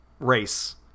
race